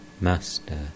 Master